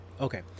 okay